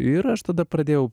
ir aš tada pradėjau